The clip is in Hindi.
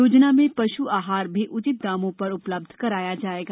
योजना में पशु आहार भी उचित दामों पर उपलब्ध कराया जायेगा